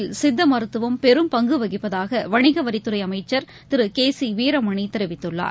Covid சித்தமருத்துவம் பெரும் பங்குவகிப்பதாகவணிகவரித்துறைஅமைச்சர் திருகேசிவீரமணிதெரிவித்துள்ளார்